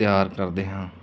ਤਿਆਰ ਕਰਦੇ ਹਾਂ